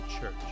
church